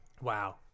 Wow